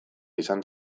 izan